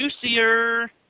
juicier